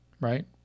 right